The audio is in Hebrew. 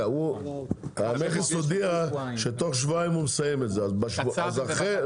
המכס הודיע שהוא מסיים את זה תוך שבועיים.